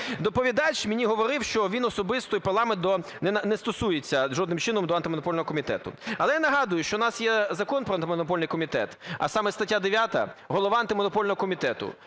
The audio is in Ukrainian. Доповідач мені говорив, що він особисто і парламент не стосується жодним чином до Антимонопольного комітету. Але я нагадую, що у нас є Закон про Антимонопольний комітет, а саме стаття 9 "Голова Антимонопольного комітету",